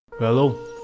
hello